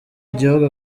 igihugu